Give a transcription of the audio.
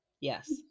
yes